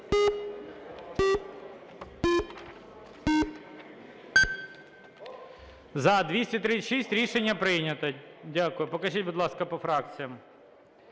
За-236 Рішення прийнято. Дякую. Покажіть, будь ласка, по фракціях.